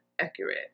accurate